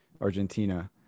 Argentina